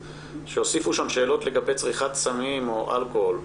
שהוסיפו בו שאלות לגבי צריכת סמים או אלכוהול.